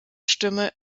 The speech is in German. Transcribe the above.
stimme